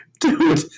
Dude